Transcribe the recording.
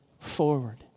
Forward